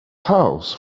house